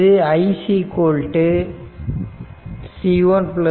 இதI i C1 C2